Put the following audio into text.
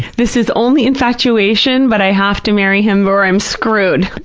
this is only infatuation, but i have to marry him or i'm screwed.